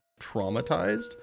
traumatized